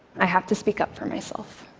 i have to speak up for myself.